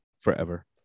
forever